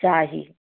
चाही